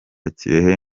kirehe